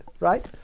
Right